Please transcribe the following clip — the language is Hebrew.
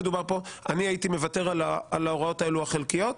אני הייתי מוותר על ההוראות האלו החלקיות,